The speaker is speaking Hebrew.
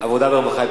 עבודה ורווחה.